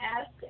ask